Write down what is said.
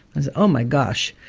and oh my gosh.